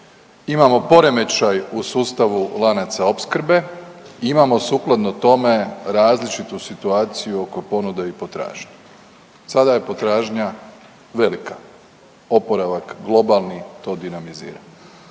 imamo poremećaj u sustavu lanaca opskrbe, imamo sukladno tome različitu situaciju oko ponude i potražnje. Sada je potražnja velika, oporavak globalni to dinamizira.